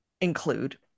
include